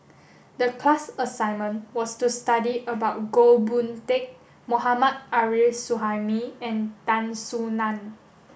the class assignment was to study about Goh Boon Teck Mohammad Arif Suhaimi and Tan Soo Nan